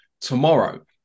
tomorrow